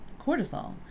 cortisol